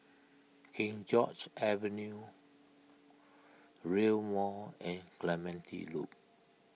King George's Avenue Rail Mall and Clementi Loop